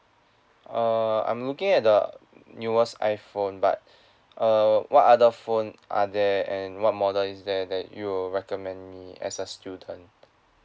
err I'm looking at the newest iPhone but err what other phone are there and what model is there that you will recommend me as a student